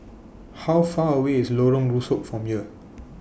How Far away IS Lorong Rusuk from here